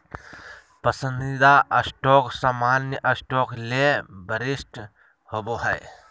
पसंदीदा स्टॉक सामान्य स्टॉक ले वरिष्ठ होबो हइ